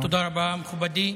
תודה רבה, מכובדי.